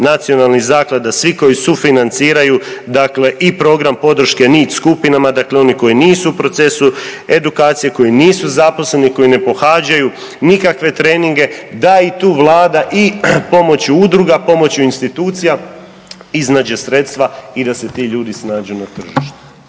nacionalnih zaklada, svih koji sufinanciraju dakle i program podrške … dakle onima koji nisu u procesu edukacije, koji nisu zaposleni, koji ne pohađaju nekakve treninge da i tu Vlada i pomoću udruga, pomoću institucija iznađe sredstva i da se ti ljudi snađu na tržištu.